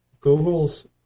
Google's